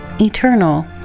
eternal